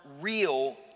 real